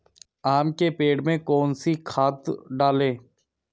आम के पेड़ में कौन सी खाद डालें?